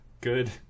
Good